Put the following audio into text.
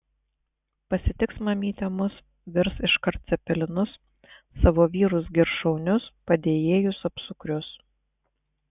pasitiks mamytė mus virs iškart cepelinus savo vyrus girs šaunius padėjėjus apsukrius